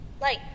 Light